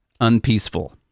unpeaceful